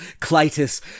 Clitus